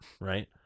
right